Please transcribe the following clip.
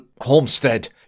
homestead